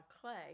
clay